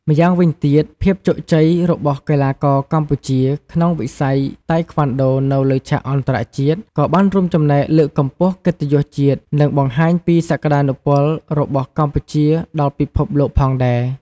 ម្យ៉ាងវិញទៀត ភាពជោគជ័យរបស់កីឡាករកម្ពុជាក្នុងវិស័យតៃក្វាន់ដូនៅលើឆាកអន្តរជាតិ ក៏បានរួមចំណែកលើកកម្ពស់កិត្តិយសជាតិ និងបង្ហាញពីសក្ដានុពលរបស់កម្ពុជាដល់ពិភពលោកផងដែរ។